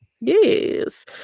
yes